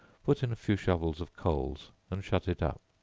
put in a few shovels of coals and shut it up.